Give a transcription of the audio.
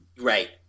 Right